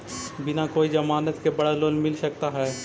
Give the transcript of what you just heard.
बिना कोई जमानत के बड़ा लोन मिल सकता है?